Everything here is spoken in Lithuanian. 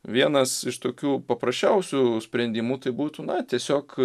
vienas iš tokių paprasčiausių sprendimų tai būtų na tiesiog